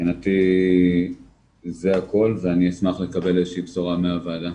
מבחינתי זה הכול ואני אשמח לקבל איזושהי בשורה מהוועדה.